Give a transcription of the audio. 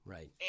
Right